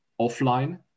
offline